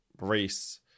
race